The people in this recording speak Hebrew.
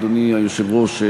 אדוני היושב-ראש,